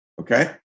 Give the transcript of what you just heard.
Okay